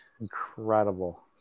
incredible